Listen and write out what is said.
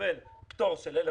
נטליה סבורה שלא,